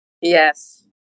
Yes